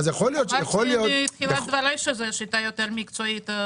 אמרתי בתחילת דברי שזו שיטה יותר מקצועית.